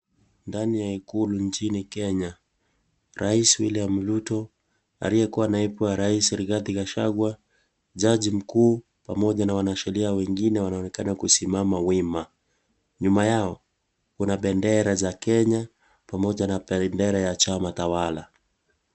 Ndani ya ikulu nchini Kenya, rais William Ruto, aliyekua naibu wa rais Rigathi Gachagua, jaji mkuu, pamoja na wanasheria wengine wanaonekana kusimama wima. Nyuma yao, kuna bendera za Kenya, pamoja na bendera ya chama tawala.